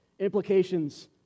implications